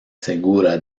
segura